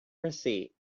receipt